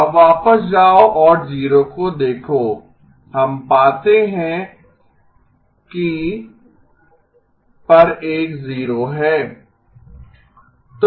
अब वापस जाओ और 0 को देखो हम पाते हैं कि पर एक 0 है